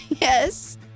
Yes